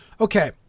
okay